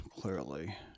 clearly